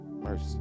Mercy